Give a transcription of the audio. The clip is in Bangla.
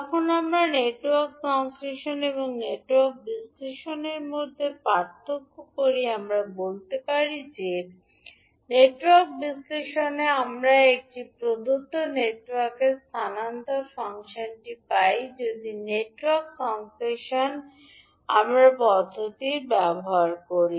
যখন আমরা নেটওয়ার্ক সংশ্লেষণ এবং নেটওয়ার্ক বিশ্লেষণের মধ্যে পার্থক্য করি আমরা বলতে পারি যে নেটওয়ার্ক বিশ্লেষণে আমরা একটি প্রদত্ত নেটওয়ার্কের স্থানান্তর ফাংশনটি পাই যদি নেটওয়ার্ক সংশ্লেষণ যদি আমরা পদ্ধতির বিপরীত হয়